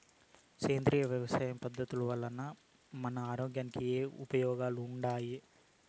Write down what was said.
సేంద్రియ వ్యవసాయం పద్ధతుల వల్ల మన ఆరోగ్యానికి ఏమి ఉపయోగాలు వుండాయి?